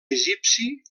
egipci